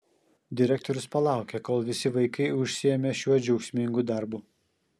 direktorius palaukė kol visi vaikai užsiėmė šiuo džiaugsmingu darbu